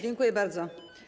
Dziękuję bardzo.